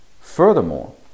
Furthermore